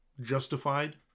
justified